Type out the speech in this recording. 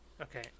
Okay